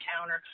counter